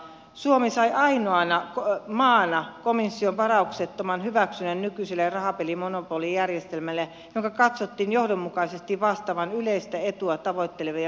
suomi sai ainoana maana komission varauksettoman hyväksynnän nykyiselle rahapelimonopolijärjestelmälle jonka katsottiin johdonmukaisesti vastaavan yleistä etua tavoittelevia päämääriä